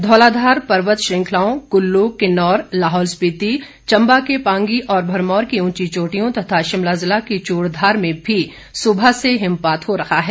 धौलाधार पर्वत श्रृंखलाओं कुल्लू किन्नौर लाहौल स्पिति चंबा के पांगी और भरमौर की ऊंची चोटियों तथा शिमला जिला के चूढ़धार में भी सुबह से हिमपात हो रहा है